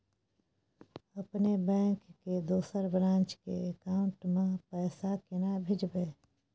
अपने बैंक के दोसर ब्रांच के अकाउंट म पैसा केना भेजबै?